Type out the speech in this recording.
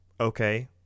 okay